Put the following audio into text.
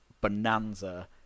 bonanza